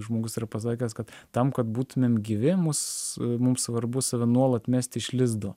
žmogus yra pasakęs kad tam kad būtumėm gyvi mūs mum svarbu save nuolat mest iš lizdo